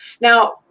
Now